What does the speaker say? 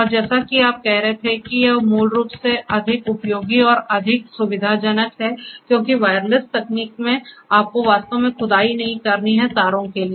और जैसा कि आप कह रहे थे कि यह मूल रूप से अधिक उपयोगी और अधिक सुविधाजनक है क्योंकि वायरलेस तकनीक में आपको वास्तव में खुदाई नहीं करनी है तारों के लिए